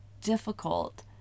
difficult